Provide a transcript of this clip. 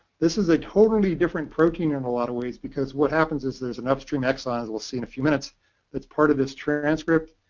this is a totally different protein in a lot of ways, because what happens is there's an upstream exon that we'll see in a few minutes that's part of this transcript.